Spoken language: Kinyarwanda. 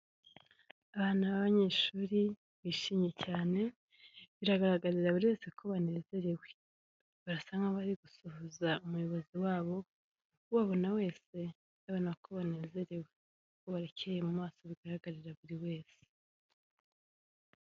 Abana b'abanyeshuri bishimye cyane, biragaragarira buri wese ko banezerewe. Barasa n'abari gusohohuza umuyobozi wabo, ubabona wese yabona ko banezerewe, barakeye mu maso bigaragarira buri wese.